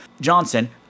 Johnson